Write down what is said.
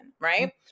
Right